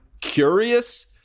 curious